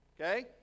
Okay